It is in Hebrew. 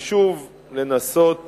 ושוב לנסות